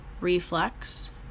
reflex